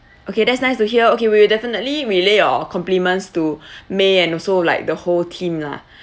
okay that's nice to hear okay we will definitely relay your compliments to may and also like the whole team lah